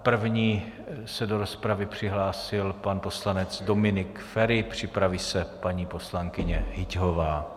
První se do rozpravy přihlásil pan poslanec Dominik Feri, připraví se paní poslankyně Hyťhová.